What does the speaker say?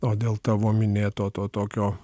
o dėl tavo minėto to tokio